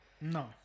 no